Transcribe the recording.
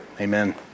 Amen